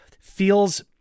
feels